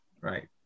Right